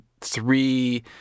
three